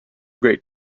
great